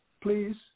please